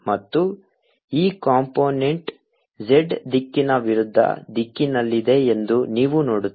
ಮತ್ತು ಈ component z ದಿಕ್ಕಿನ ವಿರುದ್ಧ ದಿಕ್ಕಿನಲ್ಲಿದೆ ಎಂದು ನೀವು ನೋಡುತ್ತೀರಿ